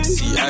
See